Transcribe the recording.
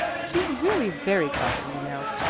she's really very clever, you know,